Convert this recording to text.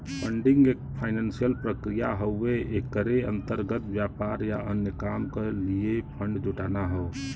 funding एक financial प्रक्रिया हउवे एकरे अंतर्गत व्यापार या अन्य काम क लिए फण्ड जुटाना हौ